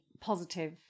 positive